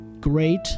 great